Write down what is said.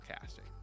casting